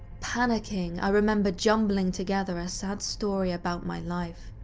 panicking, i remember jumbling together a sad story about my life.